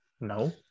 no